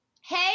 Hey